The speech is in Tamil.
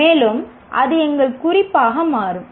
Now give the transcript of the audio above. மேலும் அது எங்கள் குறிப்பாக மாறும்